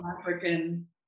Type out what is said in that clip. African